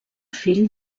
fill